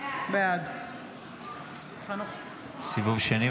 בעד סיבוב שני,